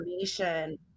information